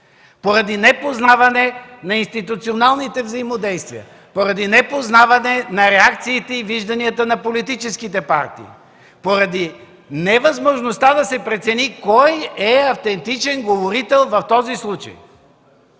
поради непознаване на институционалните взаимодействия, поради непознаване на реакциите и вижданията на политическите партии, поради невъзможността да се прецени кой е автентичен говорител в този случай.